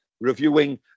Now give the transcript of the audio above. reviewing